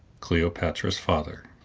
cleopatra's father.